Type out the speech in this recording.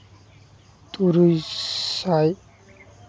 ᱛᱩᱨᱩᱭ ᱥᱟᱭ